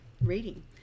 reading